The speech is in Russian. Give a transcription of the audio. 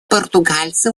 португальцы